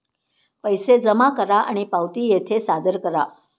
पैसे जमा करा आणि पावती येथे सादर करा